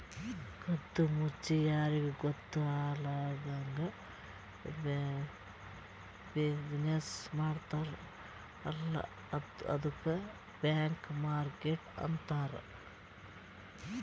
ಕದ್ದು ಮುಚ್ಚಿ ಯಾರಿಗೂ ಗೊತ್ತ ಆಗ್ಲಾರ್ದಂಗ್ ಬಿಸಿನ್ನೆಸ್ ಮಾಡ್ತಾರ ಅಲ್ಲ ಅದ್ದುಕ್ ಬ್ಲ್ಯಾಕ್ ಮಾರ್ಕೆಟ್ ಅಂತಾರ್